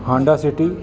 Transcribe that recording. Honda city